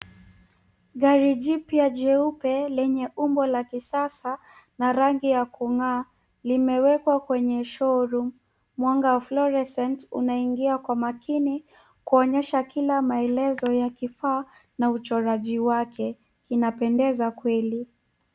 Gari jipya jeupe lenye umbo la kisasa, na rangi ya kung'aa limewekwa kwenye showroom . Mwanga wa [cs ] florescent unaingia kwa makini kuonyesha kila maelezo ya kifaa na uchoraji wake. Inapendeza kweli.